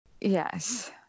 Yes